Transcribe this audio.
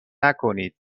نکنید